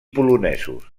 polonesos